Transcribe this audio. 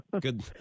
Good